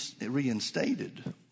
reinstated